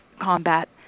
combat